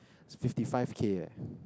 is fifty five K eh